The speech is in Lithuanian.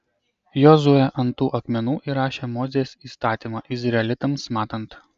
jozuė ant tų akmenų įrašė mozės įstatymą izraelitams matant